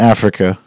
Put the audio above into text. Africa